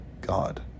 God